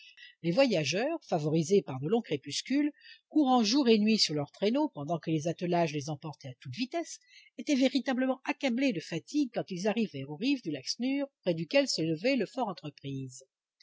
les voyageurs favorisés par de longs crépuscules courant jour et nuit sur leurs traîneaux pendant que les attelages les emportaient à toute vitesse étaient véritablement accablés de fatigue quand ils arrivèrent aux rives du lac snure près duquel s'élevait le fort entreprise